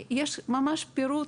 יש ממש פירוט,